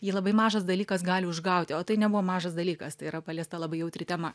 jį labai mažas dalykas gali užgauti o tai nebuvo mažas dalykas tai yra paliesta labai jautri tema